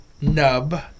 Nub